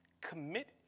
Commit